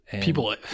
People